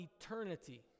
eternity